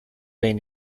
been